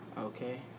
Okay